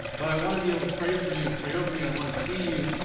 but i wanna be able to pray for you and pray over you and i wanna see you.